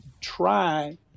try